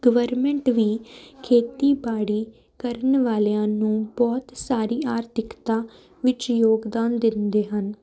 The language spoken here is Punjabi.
ਗਵਰਮੈਂਟ ਵੀ ਖੇਤੀਬਾੜੀ ਕਰਨ ਵਾਲਿਆਂ ਨੂੰ ਬਹੁਤ ਸਾਰੀ ਆਰਥਿਕਤਾ ਵਿੱਚ ਯੋਗਦਾਨ ਦਿੰਦੇ ਹਨ